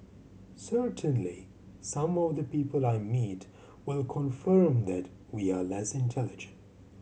certainly some of the people I meet will confirm that we are less intelligent